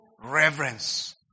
reverence